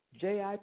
JIP